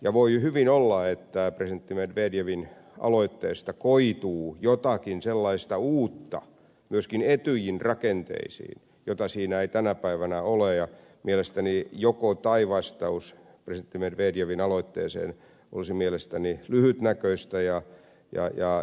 ja voi hyvin olla että presidentti medvedevin aloitteesta koituu jotakin sellaista uutta myöskin etyjin rakenteisiin jota siellä ei tänä päivänä ole ja mielestäni joko tai vastaus presidentti medvedevin aloitteeseen olisi lyhytnäköinen ja epätarkoituksenmukainen